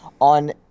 on